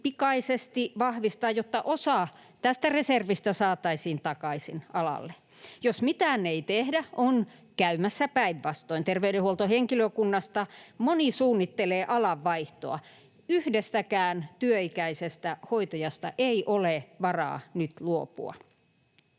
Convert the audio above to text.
pikaisesti vahvistaa, jotta osa tästä reservistä saataisiin takaisin alalle. Jos mitään ei tehdä, on käymässä päinvastoin. Terveydenhuoltohenkilökunnasta moni suunnittelee alanvaihtoa. Yhdestäkään työikäisestä hoitajasta ei ole varaa nyt luopua.